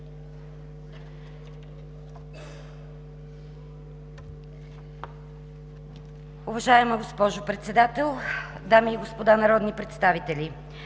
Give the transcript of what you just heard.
Уважаема госпожо Председател, дами и господа народни представители!